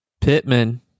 Pittman